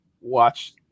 watch